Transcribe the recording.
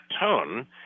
tone